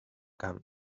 camp